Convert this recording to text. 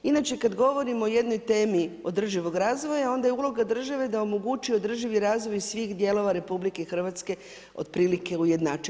Inače kada govorimo o jednoj temi održivog razvoja onda je uloga države da omogući održivi razvoj svih dijelova RH otprilike ujednačen.